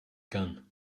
gun